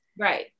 Right